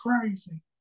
crazy